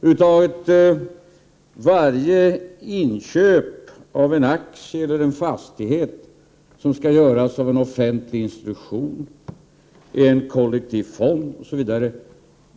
och varje inköp av en aktie eller en fastighet som skall göras av en offentlig institution, en kollektiv fond osv.